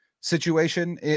situation